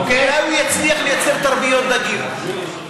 אולי הוא יצליח לייצר תרביות דגים.